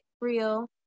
real